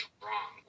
wrong